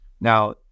Now